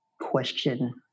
question